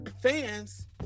fans